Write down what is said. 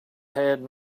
haired